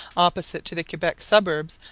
opposite to the quebec suburbs,